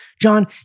John